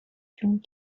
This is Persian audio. جون